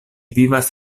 vivas